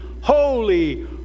holy